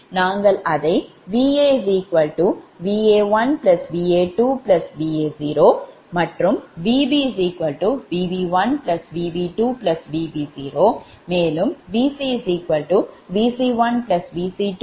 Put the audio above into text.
நாங்கள் அதை VaVa1Va2Va0 VbVb1Vb2Vb0